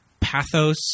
pathos